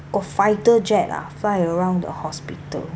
got fighter jet ah fly around the hospital